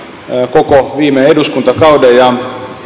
koko viime eduskuntakauden ja